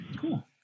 cool